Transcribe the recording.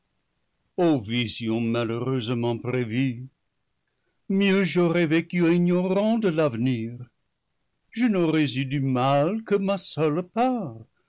visions malheureusement prévues mieux j'aurais vécu ignorant de l'avenir je n'aurais eu du mal que ma seule part